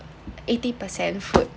eighty percent food